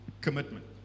commitment